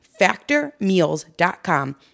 factormeals.com